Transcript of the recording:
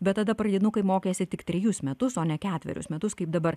bet tada pradinukai mokėsi tik trejus metus o ne ketverius metus kaip dabar